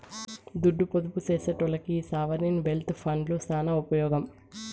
దుడ్డు పొదుపు సేసెటోల్లకి ఈ సావరీన్ వెల్త్ ఫండ్లు సాన ఉపమోగం